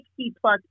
60-plus